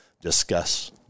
discuss